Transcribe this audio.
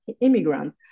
immigrant